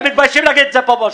הם מתביישים לומר את זה פה בשולחן.